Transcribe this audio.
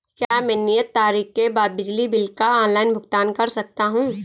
क्या मैं नियत तारीख के बाद बिजली बिल का ऑनलाइन भुगतान कर सकता हूं?